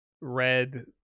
red